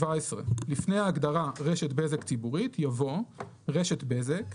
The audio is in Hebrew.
(17) "לפני ההגדרה "רשת בזק ציבורית" יבוא: ""רשת בזק"